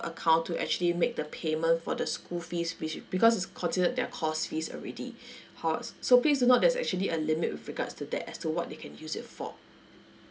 account to actually make the payment for the school fees which because it's considered their course fees already horse so please do note there's actually a limit with regards to that as to what they can use it for